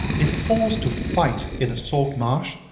if forced to fight in a salt-marsh,